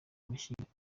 mashyiga